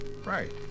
Right